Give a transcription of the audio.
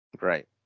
Right